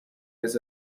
was